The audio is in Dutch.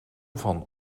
van